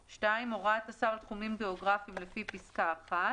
(2)הוראת השר על תחומים גאוגרפיים לפי פסקה (1)